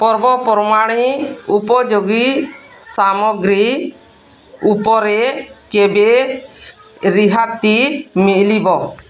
ପର୍ବପର୍ବାଣୀ ଉପଯୋଗୀ ସାମଗ୍ରୀ ଉପରେ କେବେ ରିହାତି ମିଳିବ